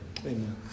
Amen